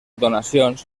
donacions